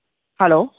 hello